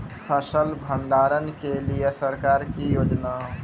फसल भंडारण के लिए सरकार की योजना?